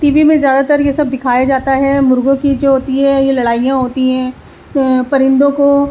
T V میں زیادہ تر یہ سب دکھایا جاتا ہے مرغوں کی جو ہوتی ہے یہ لڑائیاں ہوتی ہیں پرندوں کو